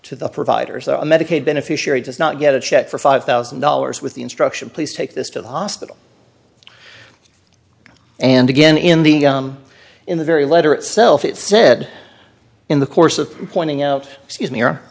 to the providers are medicaid beneficiary does not get a check for five thousand dollars with the instruction please take this to the hospital and again in the in the very letter itself it said in the course of pointing out